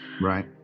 Right